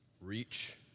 reach